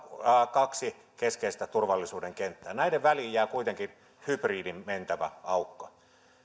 kaksi keskeistä turvallisuuden kenttää näiden väliin jää kuitenkin hybridin mentävä aukko